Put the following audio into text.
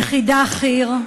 יחידה: חי"ר,